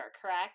correct